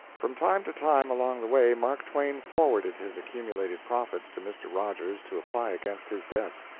from time to time along the way mark twain forwarded his accumulated profits to mr. rogers to apply against his debts,